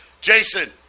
Jason